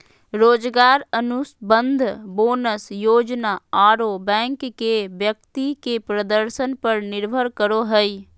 रोजगार अनुबंध, बोनस योजना आरो बैंक के व्यक्ति के प्रदर्शन पर निर्भर करो हइ